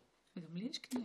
אבל דווקא כמשפטן